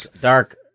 dark